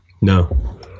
no